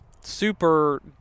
super